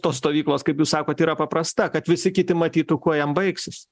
tos stovyklos kaip jūs sakot yra paprasta kad visi kiti matytų kuo jam baigsis